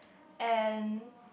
and